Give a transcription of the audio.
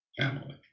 family